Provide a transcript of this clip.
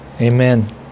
Amen